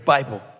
Bible